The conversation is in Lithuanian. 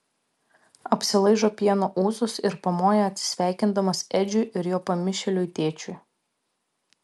apsilaižo pieno ūsus ir pamoja atsisveikindamas edžiui ir jo pamišėliui tėčiui